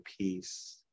peace